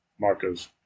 Marco's